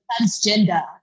transgender